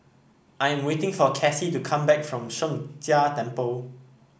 I am waiting for Kassie to come back from Sheng Jia Temple